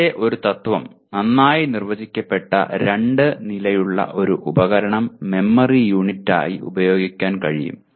മുമ്പത്തെ ഒരു തത്ത്വം നന്നായി നിർവചിക്കപ്പെട്ട രണ്ട് നിലയുള്ള ഒരു ഉപകരണം മെമ്മറി യൂണിറ്റായി ഉപയോഗിക്കാൻ കഴിയും